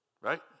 Right